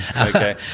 Okay